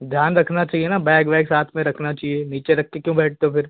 ध्यान रखना चाहिए ना बैग वैग साथ में रखना चाहिए नीचे रख के क्यों बैठते हो फिर